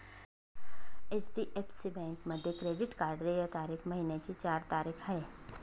HDFC बँकेमध्ये credit card देय तारीख महिन्याची चार तारीख आहे